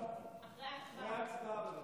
אדוני, אחרי ההצבעה, בבקשה.